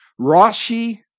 Rashi